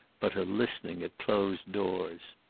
but a listening at closed doors.